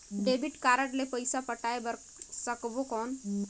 Debit card ले पइसा पटाय बार सकबो कौन?